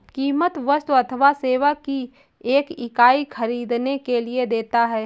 कीमत वस्तु अथवा सेवा की एक इकाई ख़रीदने के लिए देता है